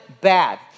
bad